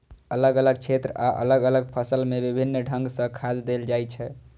अलग अलग क्षेत्र आ अलग अलग फसल मे विभिन्न ढंग सं खाद देल जाइ छै